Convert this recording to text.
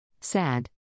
Sad